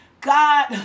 God